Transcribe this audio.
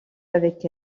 avec